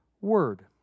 word